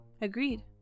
agreed